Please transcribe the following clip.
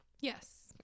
Yes